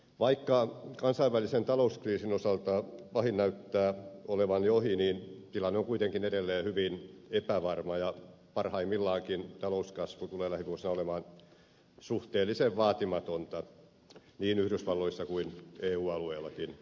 vaikka kansainvälisen talouskriisin osalta pahin näyttää olevan jo ohi tilanne on kuitenkin edelleen hyvin epävarma ja parhaimmillaankin talouskasvu tulee lähivuosina olemaan suhteellisen vaatimatonta niin yhdysvalloissa kuin eu alueellakin